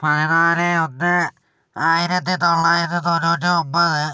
പതിനാല് ഒന്ന് ആയിരത്തി തൊള്ളായിരത്തി തൊണ്ണൂറ്റി ഒൻപത്